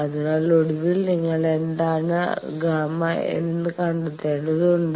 അതിനാൽ ഒടുവിൽ നിങ്ങൾ എന്താണ് Γn എന്ന് കണ്ടെത്തേണ്ടതുണ്ട്